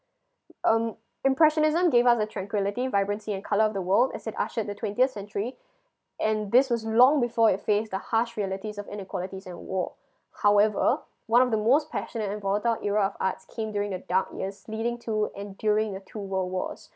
um impressionism give us a tranquilly vibrancy and colour of the world as it ushered the twentieth century and this was long before it face the harsh realities of inequalities and war however one of the most passionate and volatile era of arts came during the dark years leading to enduring the two world wars